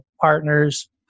partners